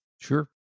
Sure